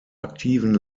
aktiven